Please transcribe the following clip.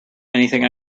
anything